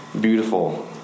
beautiful